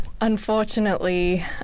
unfortunately